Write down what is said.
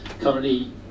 currently